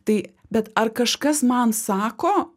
tai bet ar kažkas man sako